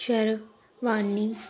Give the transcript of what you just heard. sherwani